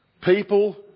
people